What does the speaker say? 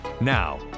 Now